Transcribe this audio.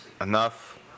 enough